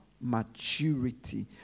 maturity